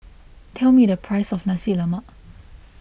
tell me the price of Nasi Lemak